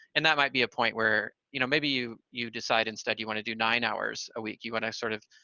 and that might be a point where you know maybe you you decide instead you want to do nine hours a week. you want to sort of,